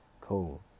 Cool